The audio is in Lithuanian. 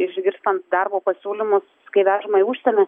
išgirstant darbo pasiūlymus kai vežama į užsienį